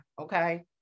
Okay